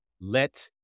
let